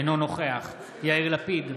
אינו נוכח יאיר לפיד,